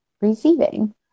receiving